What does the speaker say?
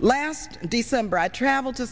last december i traveled to